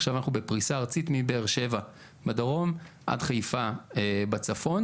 עכשיו אנחנו בפריסה ארצית מבאר שבע בדרום עד חיפה בצפון,